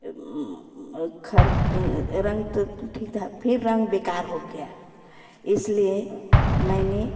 रंग तो ठीक था फिर रंग बेकार हो गया इसलिए मैंने